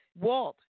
Walt